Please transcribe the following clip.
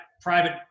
private –